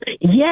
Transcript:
Yes